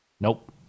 nope